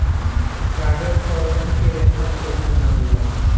कागज पौधन के रेसा से ही बनावल जाला